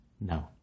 no